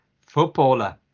Footballer